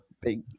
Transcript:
big